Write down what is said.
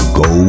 go